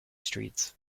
streets